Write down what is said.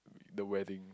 the wedding